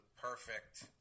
perfect